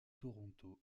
toronto